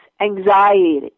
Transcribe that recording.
anxiety